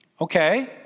Okay